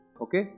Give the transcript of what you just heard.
Okay